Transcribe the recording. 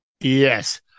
Yes